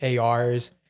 ARs